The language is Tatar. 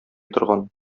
торган